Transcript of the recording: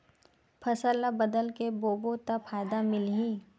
फसल ल बदल के बोबो त फ़ायदा मिलही?